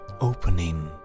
opening